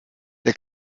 der